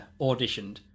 auditioned